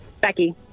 Becky